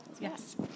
yes